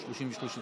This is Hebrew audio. ביטול הגבלת רישיון